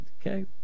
okay